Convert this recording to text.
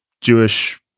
Jewish